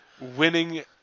winning